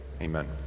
Amen